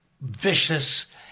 vicious